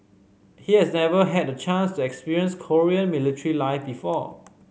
he has never had the chance to experience Korean military life before